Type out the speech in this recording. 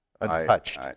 untouched